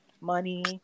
money